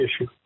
issue